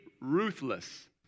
ruthless